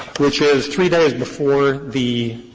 which is three days before the